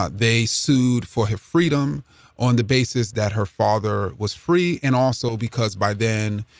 they sued for her freedom on the basis that her father was free and also because by then,